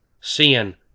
Sin